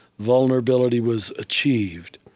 vulnerability was achieved,